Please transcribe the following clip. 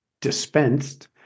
dispensed